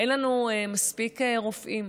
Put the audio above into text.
אין לנו מספיק רופאים,